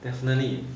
definitely